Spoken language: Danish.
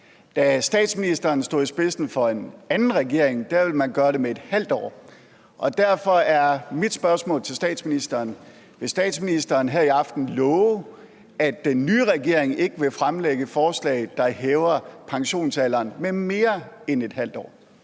Da statsministeren stod i spidsen for en anden regering, ville man gøre det med ½ år, og derfor er mit spørgsmål til statsministeren: Vil statsministeren her i aften love, at den nye regering ikke vil fremlægge et forslag, der hæver pensionsalderen med mere end ½ år?